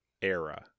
era